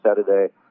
Saturday